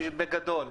בסדר,